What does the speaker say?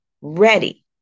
ready